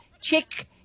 check